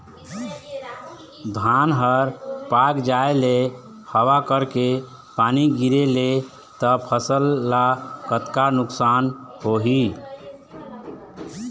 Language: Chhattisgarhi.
धान हर पाक जाय ले हवा करके पानी गिरे ले त फसल ला कतका नुकसान होही?